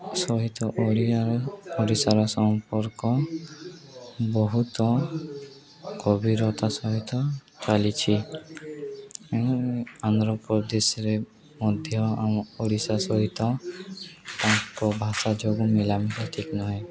ସହିତ ଓଡ଼ି ଓଡ଼ିଶାର ସମ୍ପର୍କ ବହୁତ ଗଭୀରତା ସହିତ ଚାଲିଛି ଆନ୍ଧ୍ରପ୍ରଦେଶରେ ମଧ୍ୟ ଆମ ଓଡ଼ିଶା ସହିତ ତାଙ୍କ ଭାଷା ଯୋଗୁଁ ମିଲାମିଲା ଠିକ୍ ନୁହେଁ